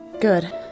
Good